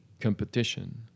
competition